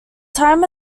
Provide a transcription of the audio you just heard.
time